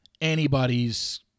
anybody's